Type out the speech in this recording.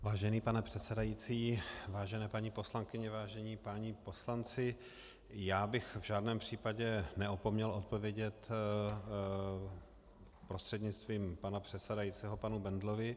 Vážený pane předsedající, vážené paní poslankyně, vážení páni poslanci, já bych v žádném případě neopomněl odpovědět prostřednictvím pana předsedajícího panu Bendlovi.